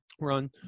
Run